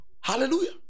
hallelujah